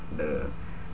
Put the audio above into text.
the